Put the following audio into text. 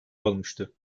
olmuştu